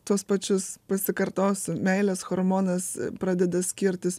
tuos pačius pasikartosiu meilės hormonas pradeda skirtis